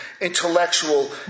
intellectual